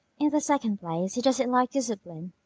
in the second place, he doesn't like discipline.